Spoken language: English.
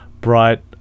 bright